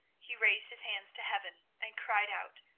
he raised his hands to heaven, and cried out,